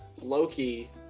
Loki